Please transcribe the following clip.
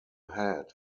head